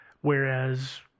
whereas